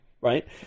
right